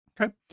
Okay